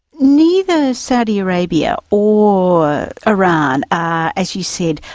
neither saudi arabia or iran are, as you said,